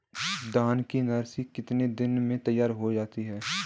धान की नर्सरी कितने दिनों में तैयार होती है?